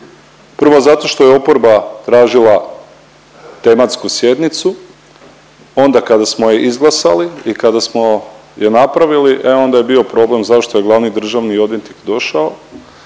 Prvo zato što je oporba tražila tematsku sjednicu, onda kada smo je izglasali i kad smo je napravili, e onda je bio problem zašto je glavni državni odvjetnik došao